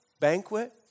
banquet